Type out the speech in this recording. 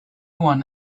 one